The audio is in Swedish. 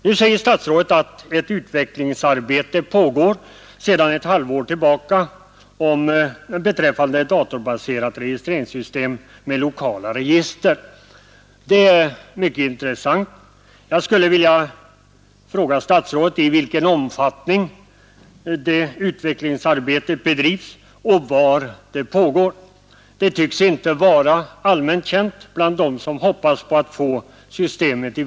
Nu säger statsrådet att ett utvecklingsarbete pågår sedan ett halvår Nr 151 tillbaka beträffande datorbaserade registreringssystem med lokala 1egik Torsdagen den ter. Det är mycket Intressant: Jag skulle vilja fråga statsrådet i vilken 16 december 1971 omfattning det utvecklingsarbetet bedrivs och var det pågår. Det tycks ——— inte vara allmänt känt bland dem som hoppas på att få systemet i Ang.